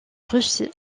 russie